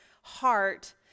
heart